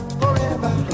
forever